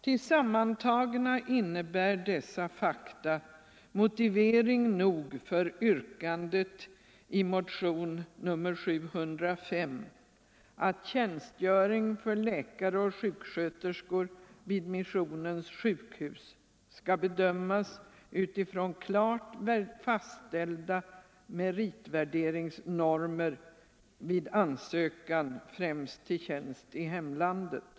Tillsammantagna innebär dessa fakta motivering nog för yrkandet i motionen 705 att tjänstgöring för läkare och sjuksköterskor vid missionssjukhus skall bedömas utifrån klart fastställda meritvärderingsnormer vid ansökan främst till tjänst i hemlandet.